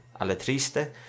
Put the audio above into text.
Aletriste